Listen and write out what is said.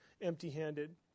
empty-handed